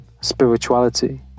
spirituality